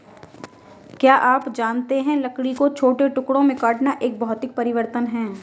क्या आप जानते है लकड़ी को छोटे टुकड़ों में काटना एक भौतिक परिवर्तन है?